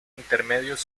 intermedios